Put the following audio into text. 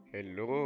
Hello